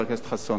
חבר הכנסת חסון.